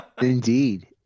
indeed